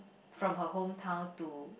from her hometown to